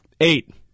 Eight